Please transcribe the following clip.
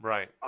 Right